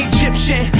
Egyptian